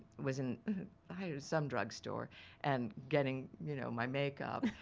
was in some drugstore and getting you know my makeup,